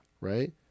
Right